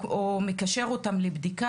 או מקשר אותם לבדיקה,